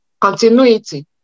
continuity